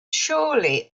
surely